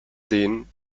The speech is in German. denen